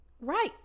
Right